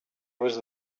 was